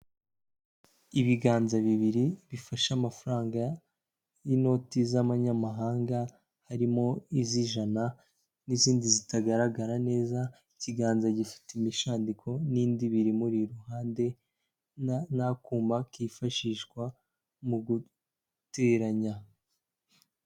Ibiganza bibiri bifasha amafaranga y'inoti z'abanyamahanga, harimo iz'ijana n'izindi zitagaragara neza, ikiganza gifite imishandiko n'indi biri imuri iruhande, n'akuma kifashishwa mu guteranya.